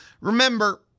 Remember